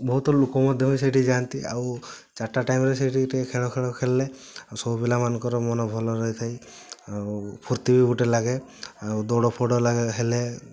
ବହୁତ ଲୋକ ମଧ୍ୟ ସେଇଠି ଯାଆନ୍ତି ଆଉ ଚାରିଟା ଟାଇମ୍ରେ ସେଇଠି ଟିକେ ଖେଳ ଖେଳ ଖେଳିଲେ ଆଉ ସବୁ ପିଲା ମାନଙ୍କର ମନ ଭଲ ରହିଥାଇ ଆଉ ଫୁର୍ତ୍ତି ବି ଗୁଟେ ଲାଗେ ଆଉ ଦୌଡ଼ ଫୋୖଡ଼ ଲ ହେଲେ